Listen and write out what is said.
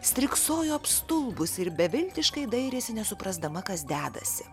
striksojo apstulbusi ir beviltiškai dairėsi nesuprasdama kas dedasi